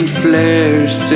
flares